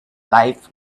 life